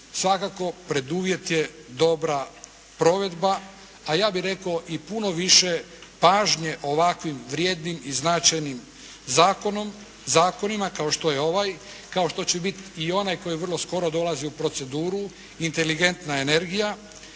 Svakako preduvjet je dobra provedba, a ja bih rekao i puno više pažnje ovakvim vrijednim i značajnim zakonima kao što je ovaj, kao što će biti i onaj koji vrlo skoro dolazi u proceduru, inteligentna energija